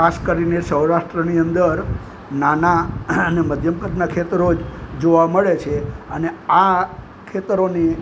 ખાસ કરીને સૌરાષ્ટ્રની અંદર નાના અને મધ્યમ કદના ખેતરો જોવા મળે છે અને આ ખેતરોની